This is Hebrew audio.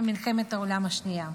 מלחמת העולם השנייה.